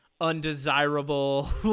undesirable